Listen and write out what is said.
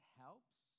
helps